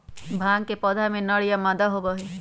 भांग के पौधा या नर या मादा होबा हई